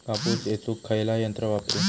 कापूस येचुक खयला यंत्र वापरू?